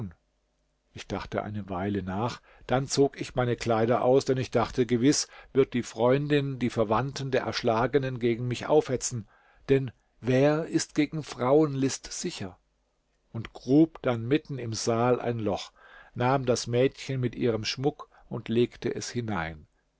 ich dachte eine weile nach denn zog ich meine kleider aus denn ich dachte gewiß wird die freundin die verwandten der erschlagenen gegen mich aufhetzen denn wer ist gegen frauenlist sicher und grub dann mitten im saal ein loch nahm das mädchen mit ihrem schmuck und legte es hinein